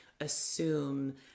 assume